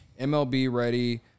MLB-ready